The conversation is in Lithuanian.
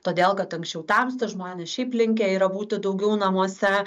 todėl kad anksčiau temsta žmonės šiaip linkę yra būti daugiau namuose